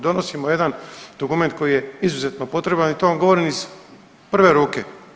Donosimo jedan dokument koji je izuzetno potreban i to vam govorim iz prve ruke.